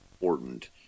important